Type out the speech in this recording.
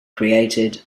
created